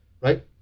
right